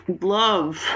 love